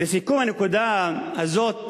לסיכום הנקודה הזאת,